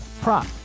prop